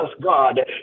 God